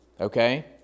okay